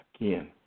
again